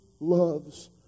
loves